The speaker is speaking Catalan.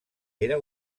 era